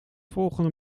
volgende